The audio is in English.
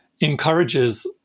encourages